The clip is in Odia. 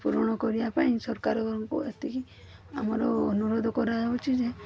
ପୂରଣ କରିବା ପାଇଁ ସରକାରଙ୍କୁ ଏତିକି ଆମର ଅନୁରୋଧ କରାଯାଉଛି ଯେ